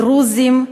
דרוזים.